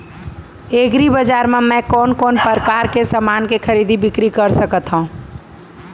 एग्रीबजार मा मैं कोन कोन परकार के समान के खरीदी बिक्री कर सकत हव?